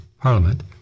Parliament